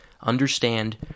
understand